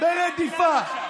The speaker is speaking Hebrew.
ברדיפה,